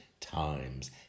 times